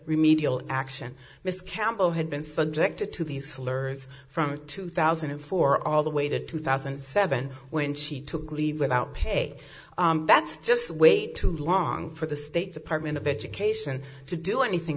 remedial action miss campbell had been subject to to these alerts from two thousand and four all the way to two thousand and seven when she took leave without pay that's just way too long for the state department of education to do anything